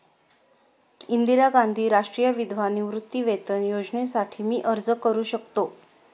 इंदिरा गांधी राष्ट्रीय विधवा निवृत्तीवेतन योजनेसाठी मी अर्ज करू शकतो?